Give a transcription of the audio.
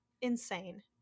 insane